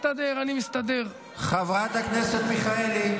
חברת הכנסת מיכאלי,